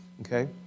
okay